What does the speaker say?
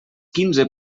quinze